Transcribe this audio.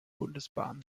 bundesbahn